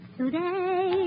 today